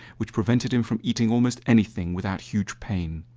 which prevented him from eating almost anything without huge pain.